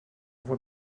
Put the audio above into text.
voit